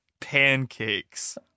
pancakes